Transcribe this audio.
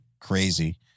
crazy